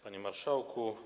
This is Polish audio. Panie Marszałku!